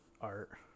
art